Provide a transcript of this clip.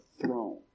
throne